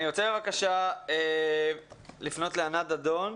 אני רוצה בבקשה לפנות לענת דדון,